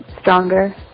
Stronger